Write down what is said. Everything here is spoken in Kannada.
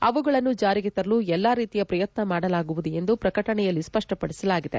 ಅವುಗಳನ್ನು ಜಾರಿಗೆ ತರಲು ಎಲ್ಲ ರೀತಿಯ ಪ್ರಯತ್ನ ಮಾಡಲಾಗುವುದು ಎಂದು ಪ್ರಕಟಣೆಯಲ್ಲಿ ಸ್ಪಷ್ಟಪಡಿಸಲಾಗಿದೆ